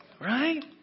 right